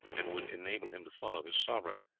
and would enable him to follow his sovereign,